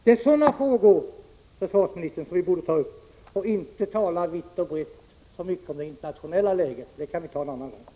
Det är sådana frågor, försvarsministern, som vi borde ta upp och inte tala så mycket om det internationella läget — det kan vi ta en annan gång.